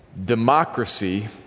Democracy